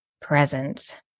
present